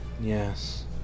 Yes